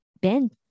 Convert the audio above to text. Ben